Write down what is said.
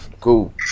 cool